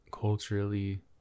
culturally